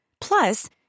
Plus